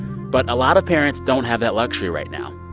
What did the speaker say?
but a lot of parents don't have that luxury right now.